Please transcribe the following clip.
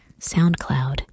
SoundCloud